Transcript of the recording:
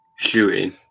Shooting